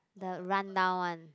the rundown one